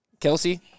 Kelsey